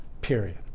Period